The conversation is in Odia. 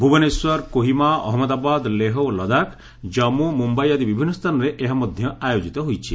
ଭୁବନେଶ୍ୱର କୋହିମା ଅହମ୍ମଦାବାଦ ଲେହ୍ ଓ ଲଦାଖ ଜମ୍ମୁ ମୁମ୍ବାଇ ଆଦି ବିଭିନ୍ନ ସ୍ଥାନରେ ଏହା ମଧ୍ୟ ଆୟୋଜିତ ହୋଇଛି